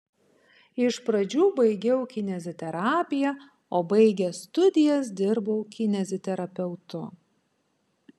iš pradžių baigiau kineziterapiją o baigęs studijas dirbau kineziterapeutu